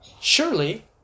Surely